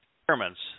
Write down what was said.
experiments